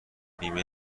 بیمه